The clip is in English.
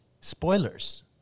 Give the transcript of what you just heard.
Spoilers